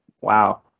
wow